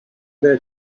their